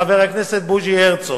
חבר הכנסת בוז'י הרצוג,